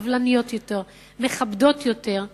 סבלניות יותר ומכבדות יותר,